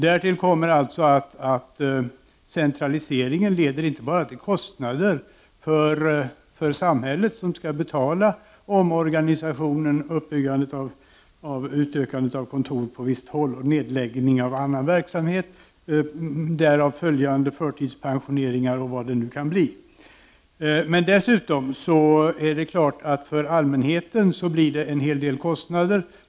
Därtill kommer att centraliseringen leder till kostnader för samhället, som skall betala omorganisationen, uppbyggandet och utökandet av kontor på visst håll och nedläggning av annan verksamhet, därav följande förtidspensioneringar och vad det nu kan bli. Dessutom är det klart att det för allmänheten blir en hel del kostnader.